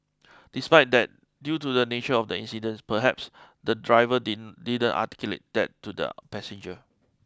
despite that due to the nature of the incident perhaps the driver did didn't articulate that to the passenger